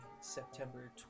September